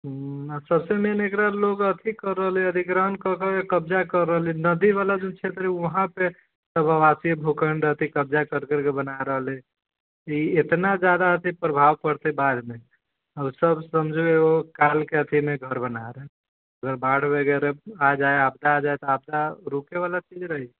हूँ सबकिछु मेन एकरा लोग अथी कर रहलैए अधिग्रहण कऽ कऽ कब्ज़ा कऽ रहलैए नदीबला जो क्षेत्र है वहां से रवाशी भूखंड अथी कब्जा कर करके बना रहलैए ई इतना जादा अथी प्रभाव पड़तै बादमे ई सब समझलहो काल के अथी मे घर बना रहे बाढ़ वगैरह आ जाय आपदा आ जाय आपदा रुकैबला चीज रही